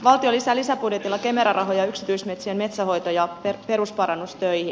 valtio lisää lisäbudjetilla kemera rahoja yksityismetsien metsänhoito ja perusparannustöihin